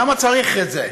למה צריך את זה,